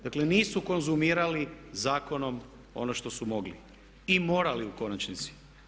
Dakle, nisu konzumirali zakonom ono što su mogli i morali u konačnici.